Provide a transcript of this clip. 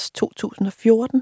2014